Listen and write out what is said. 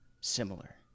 Similar